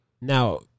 Now